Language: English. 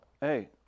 Hey